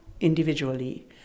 individually